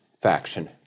faction